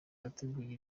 wateguye